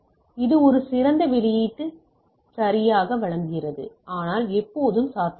இது ஒரு சிறந்த வெளியீட்டை சரியாக வழங்குகிறது ஆனால் எப்போதும் சாத்தியமில்லை